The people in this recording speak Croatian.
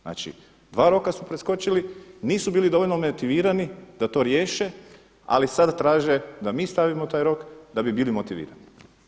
Znači, dva roka su preskočili, nisu bili dovoljno motivirani da to riješe ali sada traže da mi stavimo taj rok da bi bili motivirani.